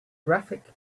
graphic